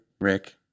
Rick